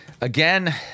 Again